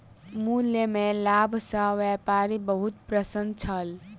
मूल्य में लाभ सॅ व्यापारी बहुत प्रसन्न छल